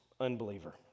Unbeliever